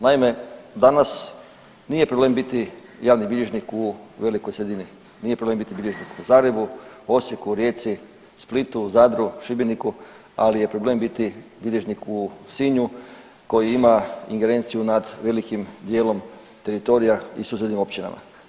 Naime, danas nije problem biti javni bilježnik u velikoj sredini, nije problem biti bilježnik u Zagrebu, Osijeku, Rijeci, Splitu, Zadru, Šibeniku, ali je problem biti bilježnik u Sinju koji ima ingerenciju nad velikim dijelom teritorija i u susjednim općinama.